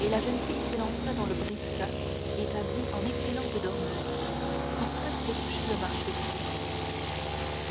et la jeune fille s'élança dans le briska établi en excellente dormeuse sans presque toucher le marchepied